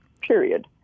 period